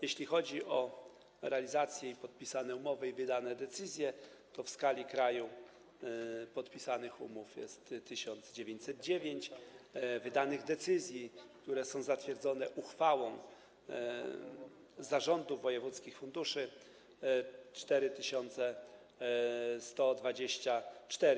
Jeśli chodzi o podpisane umowy i wydane decyzje, to w skali kraju podpisanych umów jest 1909, a wydanych decyzji, które są zatwierdzone uchwałami zarządów wojewódzkich funduszy - 4124.